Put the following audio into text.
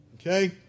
Okay